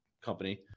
company